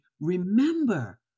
remember